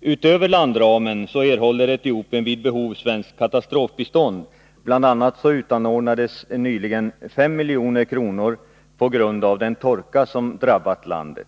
Utöver landramen erhåller Etiopien vid behov svenskt katastrofbistånd. Bl. a. utanordnades nyligen 5 milj.kr. på grund av den torka som drabbat landet.